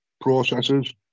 processes